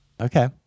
Okay